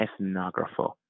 ethnographer